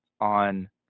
on